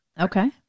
Okay